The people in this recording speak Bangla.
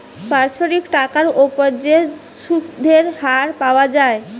বাৎসরিক টাকার উপর যে সুধের হার পাওয়া যায়